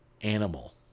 Animal